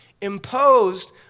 imposed